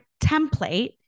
template